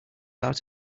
out